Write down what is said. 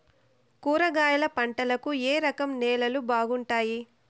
కూరగాయల పంటలకు ఏ రకం నేలలు బాగుంటాయి?